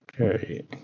Okay